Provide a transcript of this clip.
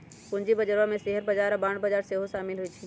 पूजी बजार में शेयर बजार आऽ बांड बजार सेहो सामिल होइ छै